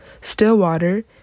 Stillwater